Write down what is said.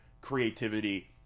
creativity